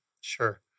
Sure